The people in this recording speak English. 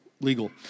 legal